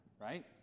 Right